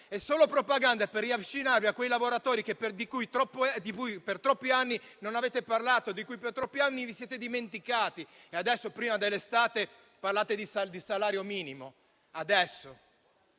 è solo propaganda, per riavvicinarvi a quei lavoratori di cui per troppi anni non avete parlato e vi siete dimenticati. E adesso, prima dell'estate, parlate di salario minimo? Adesso?